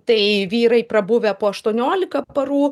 tai vyrai prabuvę po aštuoniolika parų